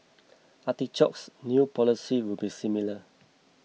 Artichoke's new policy will be similar